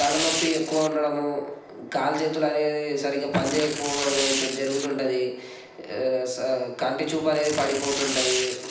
తలనొప్పి ఎక్కువగా ఉండడము కాలు చేతులు అనేవి సరిగా పనిచేయకపోవడం అయి జరుగుతుంటుంది కంటిచూపు అనేది పడిపోతుంది